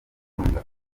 avuga